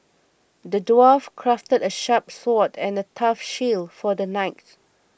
the dwarf crafted a sharp sword and a tough shield for the knight